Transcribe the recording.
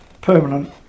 permanent